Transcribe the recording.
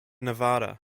nevada